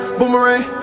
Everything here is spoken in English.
Boomerang